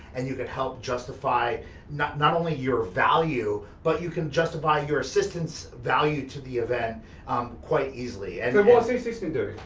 and you could help justify not not only your value, but you can justify your assistants' value to the event quite easily and so what's the assistant doing?